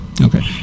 Okay